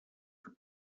for